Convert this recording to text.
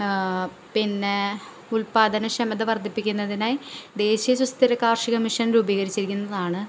പിന്നേ ഉൽപാദന ക്ഷമത വർദ്ധിപ്പിക്കുന്നതിനായി ദേശീയ സുസ്ഥിര കാർഷിക മിഷൻ രൂപീകരിച്ചിരിക്കുന്നതാണ്